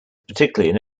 particularly